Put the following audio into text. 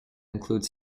include